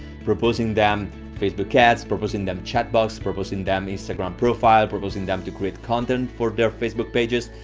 proposing them facebook ads, proposing them chat bots, proposing them instagram profile, proposing them to create content for their facebook pages.